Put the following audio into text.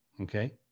okay